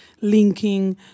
linking